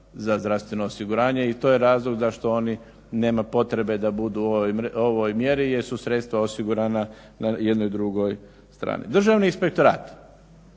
za zdravstveno osiguranje i to je razlog zašto oni nema potrebe da budu u ovoj mjeri jer su sredstva osigurana na jednoj drugoj strani. Državni inspektorat,